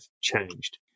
changed